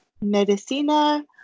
medicina